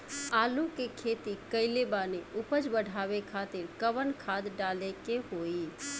आलू के खेती कइले बानी उपज बढ़ावे खातिर कवन खाद डाले के होई?